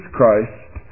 Christ